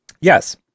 Yes